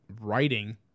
writing